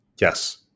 Yes